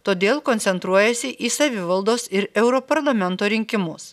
todėl koncentruojasi į savivaldos ir europarlamento rinkimus